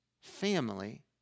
family